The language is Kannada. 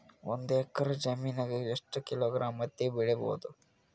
ಒಂದ್ ಎಕ್ಕರ ಜಮೀನಗ ಎಷ್ಟು ಕಿಲೋಗ್ರಾಂ ಹತ್ತಿ ಬೆಳಿ ಬಹುದು?